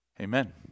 Amen